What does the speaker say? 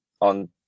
on